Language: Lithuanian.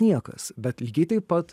niekas bet lygiai taip pat